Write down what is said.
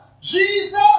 Jesus